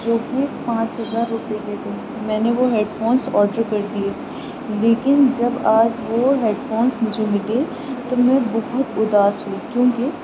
جو کہ پانچ ہزار روپے کے تھے میں نے وہ ہیڈ فونس آڈر کردیے لیکن جب آج وہ ہیڈ فونس مجھے ملے تو میں بہت اداس ہوئی کیوں کہ